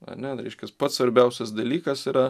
ane tai reiškias pats svarbiausias dalykas yra